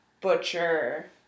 butcher